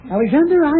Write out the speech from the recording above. Alexander